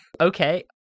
okay